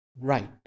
right